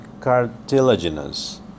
cartilaginous